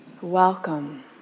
Welcome